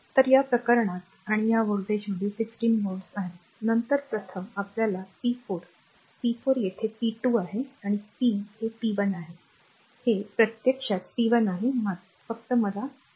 तर या प्रकरणात आणि या व्होल्टेजमध्ये 16 व्होल्ट आहे नंतर प्रथम आपल्याला p 4 p 4 तेथे p2 आहे p हे p 1 आहे हे प्रत्यक्षात p 1 आहे फक्त मला धरून ठेवा हे खरे आहे rp 1 हे p 1